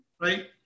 right